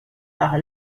par